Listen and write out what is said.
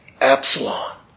Absalom